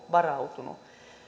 varautuneet